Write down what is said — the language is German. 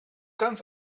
ganz